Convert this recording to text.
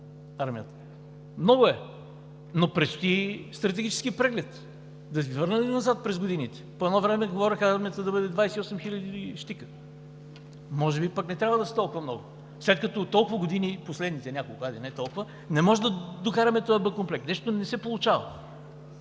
Много е, но предстои стратегически преглед. Да Ви върна ли назад през годините? По едно време се говореше армията да е 28 хиляди щика. Може би пък не трябва да са толкова много, след като толкова години, в последните няколко, хайде не толкова, не може да докараме този докомплект. Нещо не се получава.